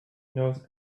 knows